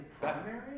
Primary